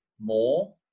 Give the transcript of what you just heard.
more